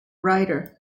writer